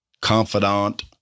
confidant